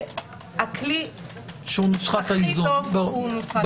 הכלי הכי טוב הוא נוסחת האיזון.